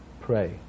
pray